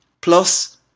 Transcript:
plus